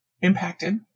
impacted